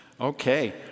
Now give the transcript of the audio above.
Okay